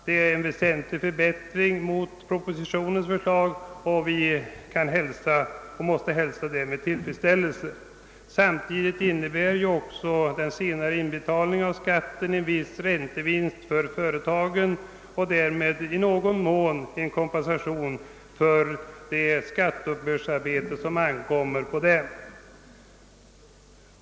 Detta är en väsentlig förbättring i jämförelse med propositionens förslag och kan hälsas med viss tillfredsställelse. Samtidigt innebär den senare inbetalningen av skatten en viss räntevinst för företagen och därmed i någon mån en kompensation för skatteuppbörden som ankommer på dem.